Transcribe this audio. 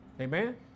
Amen